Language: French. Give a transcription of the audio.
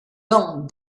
lent